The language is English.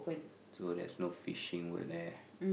so there's no fishing were there